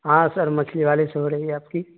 ہاں سر مچھلی والے سے ہو رہی ہے آپ کی